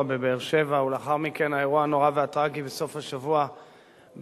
בבאר-שבע ולאחר מכן האירוע הנורא והטרגי בסוף השבוע ברחובות,